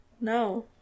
No